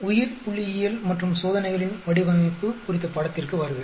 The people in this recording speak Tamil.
உயிர்புள்ளியியல் மற்றும் சோதனைகளின் வடிவமைப்பு குறித்த பாடத்திற்கு வருக